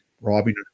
robbing